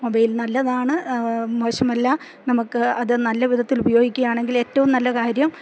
mobile നല്ലതാണ് മോശമല്ല നമുക്കത് നല്ല വിധത്തിൽ ഉപയോഗിക്കുകയാണെങ്കിൽ ഏറ്റവും നല്ല കാര്യം